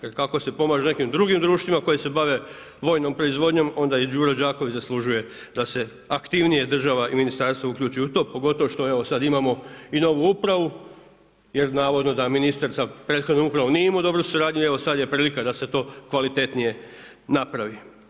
Jel kako se pomaže nekim drugim društvima koja se bave vojnom proizvodnjom onda i Đuro Đaković zaslužuje da se aktivnije država i ministarstvo uključi u to, pogotovo što evo sada imamo i novu upravu jer navodno da ministar sa prethodnom upravom nije imao dobru suradnju i evo sada je prilika da se to kvalitetnije napravi.